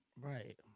right